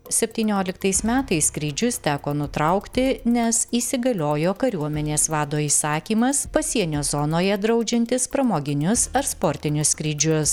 septynioliktais metais skrydžius teko nutraukti nes įsigaliojo kariuomenės vado įsakymas pasienio zonoje draudžiantis pramoginius ar sportinius skrydžius